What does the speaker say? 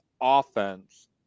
offense